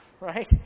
right